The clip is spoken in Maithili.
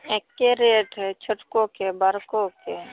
एक्के रेट हइ छोटकोके बड़कोके